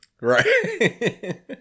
Right